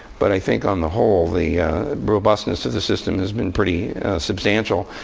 but i think on the whole, the robustness of the system has been pretty substantial.